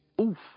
Oof